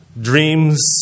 dreams